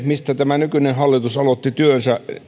mistä nykyinen hallitus aloitti työnsä